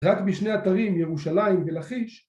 רק בשני אתרים ירושלים ולחיש